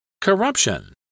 Corruption